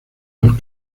los